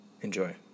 Enjoy